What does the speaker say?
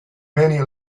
many